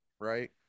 right